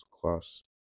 class